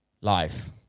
life